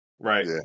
Right